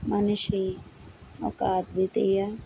మనిషి ఒక అద్వితీయ